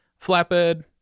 flatbed